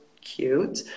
cute